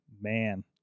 Man